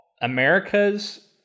America's